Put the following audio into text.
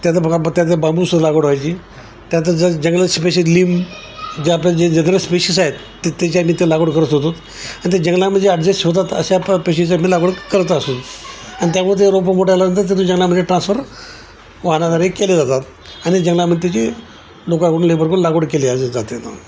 त्याचं बघा त्याच बांबूच लागवड व्हायची त्यात जर जंगलं स्पेशल लिंब जे आपण जे जनरल स्पेशीज आहेत ते त्याच्या आम्ही ते लागवड करत होतो आणि ते जंगलामध्ये ॲडजस्ट होतात अशा आप पेशीची आम्ही लागवड करत असतो आणि त्यामुळे ते रोपं मोठी झाल्यानंतर त्या जंगलामध्ये ट्रान्सफर वाहना द्वारे केले जातात आणि जंगलामध्ये जी लोकांकडून लेबर पण लागवड केली अज जाते